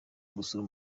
gusura